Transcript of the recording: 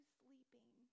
sleeping